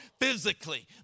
physically